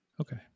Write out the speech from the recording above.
Okay